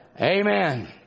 amen